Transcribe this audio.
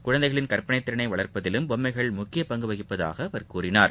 குழந்தைகளின் கற்பனை திறனை வளர்ப்பதிலும் பொம்மைகள் முக்கிய பங்கு வகிப்பதாக அவர் கூறினார்